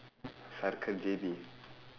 J_B